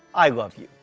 i love you.